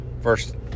first